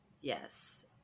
Yes